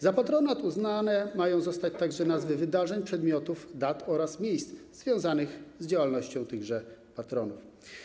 Za patronat uznane mają zostać także nazwy odwołujące się do wydarzeń, przedmiotów, dat oraz miejsc związanych z działalnością tychże patronów.